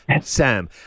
Sam